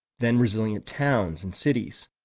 then resilient towns and cities,